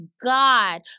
God